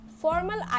Formal